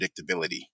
predictability